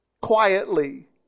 Quietly